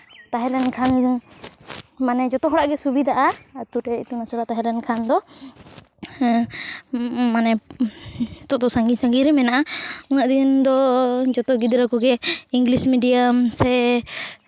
ᱛᱟᱦᱮᱸ ᱞᱮᱱᱠᱷᱟᱱ ᱢᱟᱱᱮ ᱡᱚᱛᱚᱦᱚᱲᱟᱜ ᱜᱮ ᱥᱩᱵᱤᱫᱷᱟᱜᱼᱟ ᱟᱹᱛᱩᱨᱮ ᱤᱛᱩᱱ ᱟᱥᱲᱟ ᱛᱟᱦᱮᱸ ᱞᱮᱱᱠᱷᱟᱱᱫᱚ ᱦᱮᱸ ᱢᱟᱱᱮ ᱱᱤᱛᱚᱜ ᱫᱚ ᱥᱟᱺᱜᱤᱧ ᱥᱟᱺᱜᱤᱧ ᱨᱮ ᱢᱮᱱᱟᱜᱼᱟ ᱩᱱᱟᱹᱜ ᱫᱤᱱ ᱫᱚ ᱡᱚᱛᱚ ᱜᱤᱫᱽᱨᱟᱹ ᱠᱚᱜᱮ ᱤᱝᱞᱤᱥ ᱢᱤᱰᱤᱭᱟᱢ ᱥᱮ